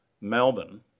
Melbourne